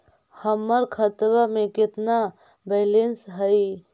हमर खतबा में केतना बैलेंस हई?